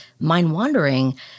mind-wandering